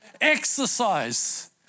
exercise